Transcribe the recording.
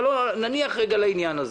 אבל נניח רגע לעניין הזה.